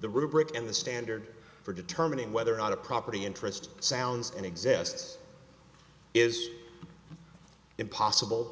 the rubric and the standard for determining whether or not a property interest sounds and exists is impossible